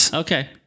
Okay